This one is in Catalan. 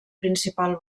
principal